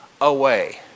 away